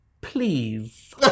please